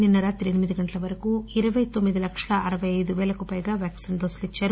నిన్స రాత్రి ఎనిమిది గంటల వరకు ఇరపై తోమ్మిది లక్షల అరవై అయిదు పేలకు పైగా వ్యాక్సిన్ డోసులు ఇచ్చారు